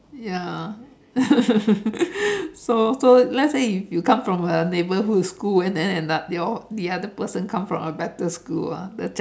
ya so so let's say if you come from a neighbourhood school and then another your the other person come from a better school ah